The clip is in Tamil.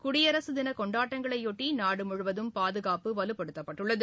குடியரசு தின கொண்டாட்டங்களையொட்டி நாடு முழுவதும் பாதுகாப்பும் வலுப்படுத்தப்பட்டுள்ளது